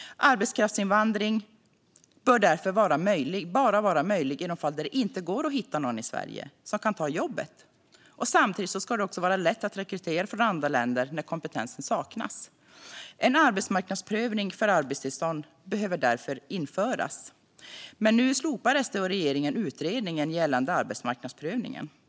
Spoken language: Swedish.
Arbetskraftsinvandring bör därför bara vara möjlig i de fall där det inte går att hitta någon i Sverige som kan ta jobbet. Samtidigt ska det också vara lätt att rekrytera från andra länder när kompetensen saknas. En arbetsmarknadsprövning för arbetstillstånd behöver därför införas. Men nu slopar Sverigedemokraterna och regeringen utredningen gällande arbetsmarknadsprövningen.